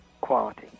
quality